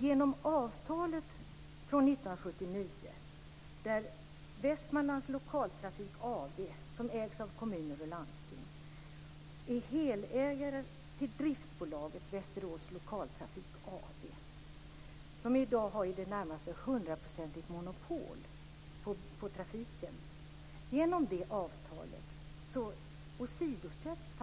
Genom avtalet från Västerås lokaltrafik AB som i dag har i det närmaste hundraprocentigt monopol på trafiken, åsidosätts